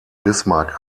bismarck